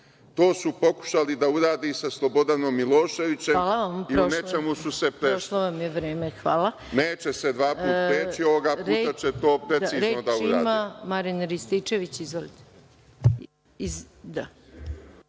To su pokušali da urade i sa Slobodanom Miloševićem i u nečemu su se prešli. Neće se dva puta preći, ovoga puta će to precizno da urade.